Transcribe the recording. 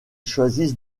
choisissent